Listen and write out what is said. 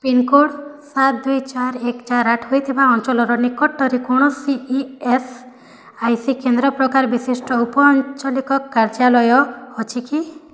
pincode ସାତ ଦୁଇ ଚାରି ଏକ ଚାରି ଆଠ ହୋଇଥିବା ଅଞ୍ଚଳର ନିକଟରେ କୌଣସି ଇ ଏସ୍ ଆଇ ସି କେନ୍ଦ୍ର ପ୍ରକାର ବିଶିଷ୍ଟ ଉପଆଞ୍ଚଳିକ କାର୍ଯ୍ୟାଳୟ ଅଛି କି